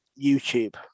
youtube